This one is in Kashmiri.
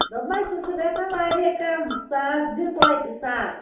دوٚپمے سُہ چھُ گژھان واریاہ کَم ساس دِ توتہِ ساس